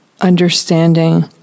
understanding